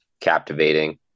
captivating